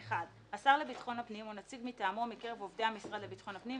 (1) השר לביטחון הפנים או נציג מטעמו מקרב עובדי המשרד לביטחון הפנים,